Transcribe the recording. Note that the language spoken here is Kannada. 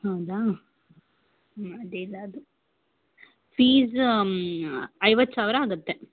ಹೌದಾ ಹ್ಞೂ ಅಡಿಯಿಲ್ಲ ಅದು ಫೀಸ್ ಐವತ್ತು ಸಾವಿರ ಆಗತ್ತೆ